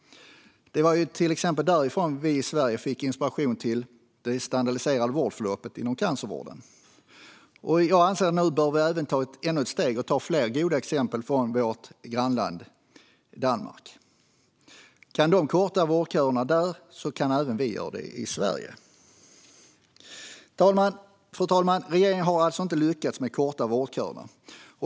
Det var därifrån som vi i Sverige fick inspiration till exempelvis det standardiserade vårdförloppet inom cancervården. Jag anser att vi nu även bör ta ännu ett steg och ta flera goda exempel från vårt grannland Danmark. Om de kan korta vårdköerna där kan även vi göra det i Sverige. Fru talman! Regeringen har alltså inte lyckats med att korta vårdköerna.